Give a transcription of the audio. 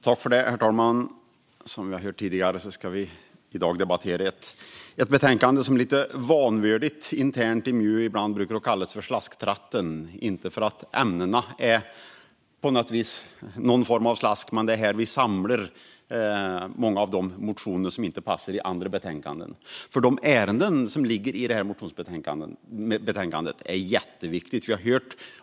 Herr talman! Som vi har hört tidigare debatterar vi i dag ett betänkande som vi internt i MJU lite vanvördigt kallar slasktratten. Det är inte för att ämnena på något vis hör hemma i en slask, men det är här vi samlar många av de motioner som inte passar i andra betänkanden. De ärenden som behandlas i detta motionsbetänkande är jätteviktiga.